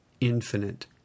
infinite